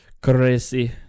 crazy